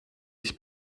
ich